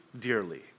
dearly